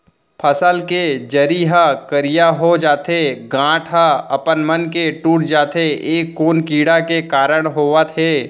फसल के जरी ह करिया हो जाथे, गांठ ह अपनमन के टूट जाथे ए कोन कीड़ा के कारण होवत हे?